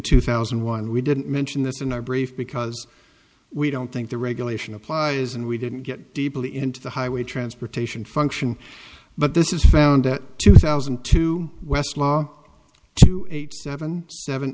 two thousand and one we didn't mention this in our brief because we don't think the regulation applies and we didn't get deeply into the highway transportation function but this is found at two thousand two westlaw two eight seven seven